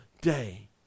day